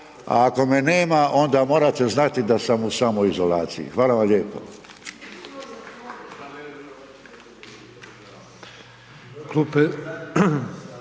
a ako me nema onda morate znati da sam u samoizolaciji. Hvala vam lijepo.